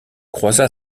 croisa